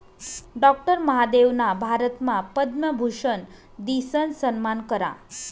doctor महादेवना भारतमा पद्मभूषन दिसन सम्मान करा